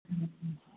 ᱦᱩᱸ